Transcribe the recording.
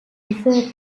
refer